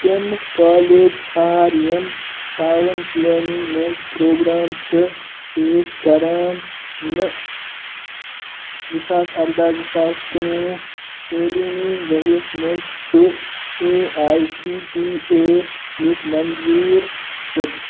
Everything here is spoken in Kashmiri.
تِم کالج ژھار یِم ٹاوُن پٕلینِنٛگ منٛز پرٛوگرام چھِ پیش کران نہٕ زٕ ساس اَرداہ زٕ ساس کُنوُہ تٲلیٖمی ؤرِیَس منٛز چھُ A I C T E یُک منظوٗر شُد